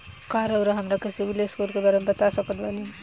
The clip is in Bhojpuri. का रउआ हमरा के सिबिल स्कोर के बारे में बता सकत बानी?